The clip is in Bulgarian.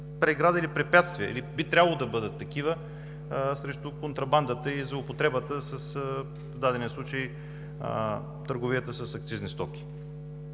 прегради или препятствия, или би трябвало да бъдат такива, срещу контрабандата и злоупотребата в дадения случай – търговията с акцизни стоки.